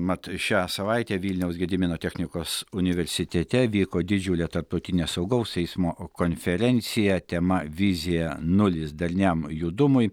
mat šią savaitę vilniaus gedimino technikos universitete vyko didžiulė tarptautinė saugaus eismo konferencija tema vizija nulis darniam judumui